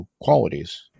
qualities